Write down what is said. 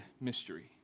mystery